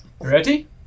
Ready